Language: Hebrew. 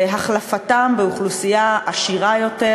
והחלפתה באוכלוסייה עשירה יותר,